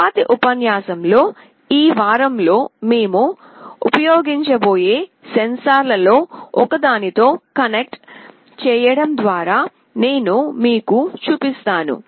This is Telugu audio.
తరువాతి ఉపన్యాసంలో ఈ వారంలో మేము ఉపయోగించబోయే సెన్సార్ లలో ఒకదానితో కనెక్ట్ చేయడం ద్వారా నేను మీకు చూపిస్తాను